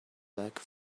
lack